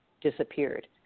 disappeared